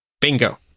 Bingo